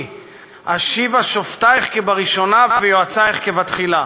"ואשיבה שֹפטיך כבראשֹנה ויֹעציך כבתחלה,